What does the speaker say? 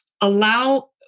allow